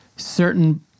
certain